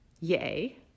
Yay